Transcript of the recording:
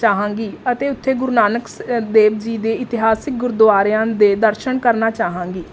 ਚਾਹਾਂਗੀ ਅਤੇ ਉੱਥੇ ਗੁਰੂ ਨਾਨਕ ਸ ਦੇਵ ਜੀ ਦੇ ਇਤਿਹਾਸਿਕ ਗੁਰਦੁਆਰਿਆਂ ਦੇ ਦਰਸ਼ਨ ਕਰਨਾ ਚਾਹਾਂਗੀ